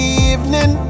evening